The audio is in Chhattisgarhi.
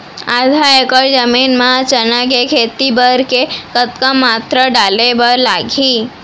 आधा एकड़ जमीन मा चना के खेती बर के कतका मात्रा डाले बर लागही?